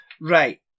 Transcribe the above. Right